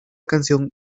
canción